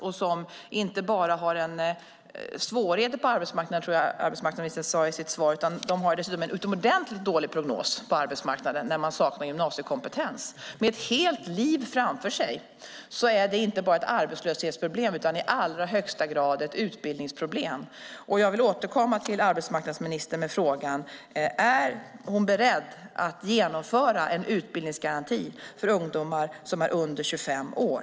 De har inte bara svårigheter på arbetsmarknaden, som jag tror att arbetsmarknadsministern sade i sitt svar, utan de har en utomordentligt dålig prognos på arbetsmarknaden när de saknar gymnasiekompetens. Med ett helt liv framför sig är det inte bara ett arbetslöshetsproblem utan i allra högsta grad ett utbildningsproblem. Jag vill återkomma till arbetsmarknadsministern med frågan: Är hon beredd att genomföra en utbildningsgaranti för ungdomar som är under 25 år?